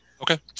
Okay